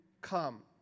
come